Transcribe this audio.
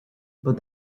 but